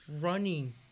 running